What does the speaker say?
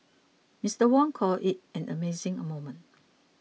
Mister Wong called it an amazing moment